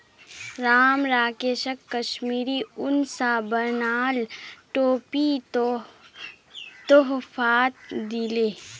राम राकेशक कश्मीरी उन स बनाल टोपी तोहफात दीले